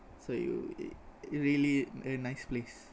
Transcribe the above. so it really a nice place